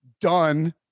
done